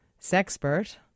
sexpert